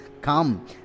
Come